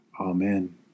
Amen